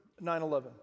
9-11